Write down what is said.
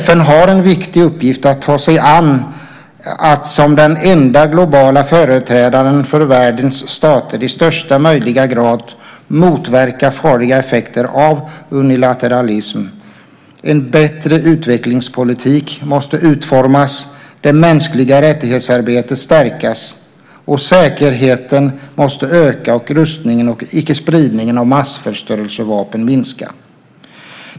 FN har en viktig uppgift att ta sig an att som den enda globala företrädaren för världens stater i högsta möjliga grad motverka farliga effekter av unilateralism, en bättre utvecklingspolitik måste formas, det mänskliga rättighetsarbetet stärkas, säkerheten måste öka och rustning och icke-spridning av massförstörelsevapen minska.